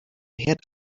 herd